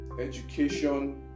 education